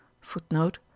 Footnote